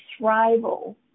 thrival